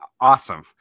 awesome